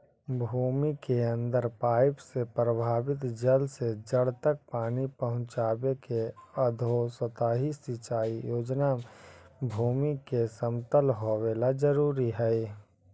भूमि के अंदर पाइप से प्रवाहित जल से जड़ तक पानी पहुँचावे के अधोसतही सिंचाई योजना में भूमि के समतल होवेला जरूरी हइ